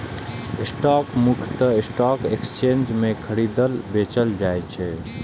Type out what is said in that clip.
stock मुख्यतः stock exchange मे खरीदल, बेचल जाइ छै